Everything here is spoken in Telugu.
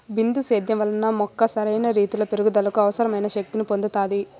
బిందు సేద్యం వలన మొక్క సరైన రీతీలో పెరుగుదలకు అవసరమైన శక్తి ని పొందుతాది